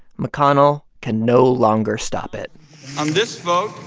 mcconnell can no longer stop it on this vote,